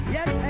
Yes